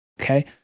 Okay